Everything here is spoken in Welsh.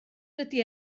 dydy